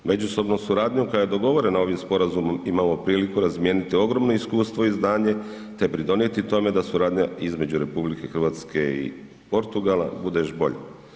Međusobnom suradnjom koja je dogovorena ovim sporazumom imamo priliku razmijeniti ogromno iskustvo i znanje te pridonijeti tome da suradnja između RH i Portugala bude još bolja.